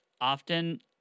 often